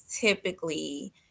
typically